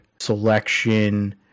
selection